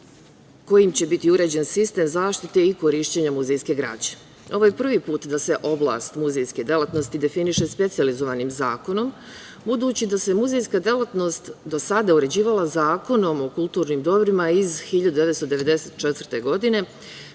kojim će biti uređen sistem zaštite i korišćenja muzejske građe. Ovo je prvi put da se oblast muzejske delatnosti definiše specijalizovanim zakonom, budući da se muzejska delatnost do sada uređivala Zakonom o kulturnim dobrima iz 1994. godine